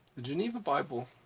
the geneva bible